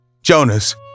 Jonas